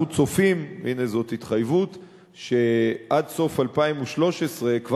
אנחנו צופים שעד סוף 2013 הנה,